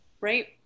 Right